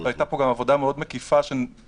והייתה פה גם עבודה מאוד מקיפה שנדרשה